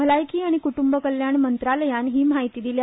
भलायकी आनी कुटुंब कल्याण मंत्रालयान ही म्हायती दिल्या